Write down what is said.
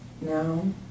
no